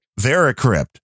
Veracrypt